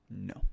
No